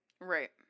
Right